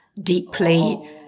deeply